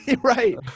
right